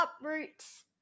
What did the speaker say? uproots